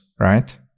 Right